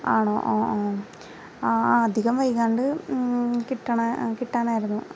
ആണോ ഓ ഓ ആ അധികം വൈകാണ്ട് കിട്ടണ കിട്ടണ കിട്ടണമായിരുന്നു